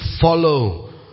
follow